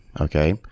Okay